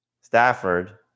Stafford